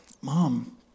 Mom